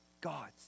God's